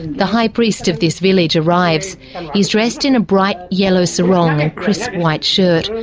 the high priest of this village arrives he is dressed in a bright yellow sarong and crisp white shirt.